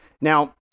Now